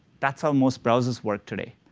that's how most browsers work today.